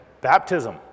Baptism